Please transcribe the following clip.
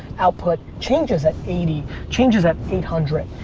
output changes at eighty, changes at eight hundred.